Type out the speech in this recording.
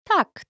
Tak